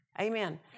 Amen